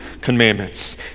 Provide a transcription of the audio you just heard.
commandments